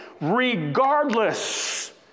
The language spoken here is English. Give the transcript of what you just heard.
regardless